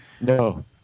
No